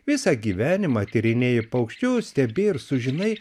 visą gyvenimą tyrinėji paukščius stebi ir sužinai